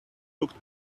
looked